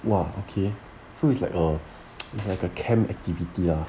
!wah! okay so it's like a it's like a camp activity ah